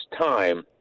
time